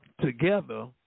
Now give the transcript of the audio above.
Together